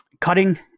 cutting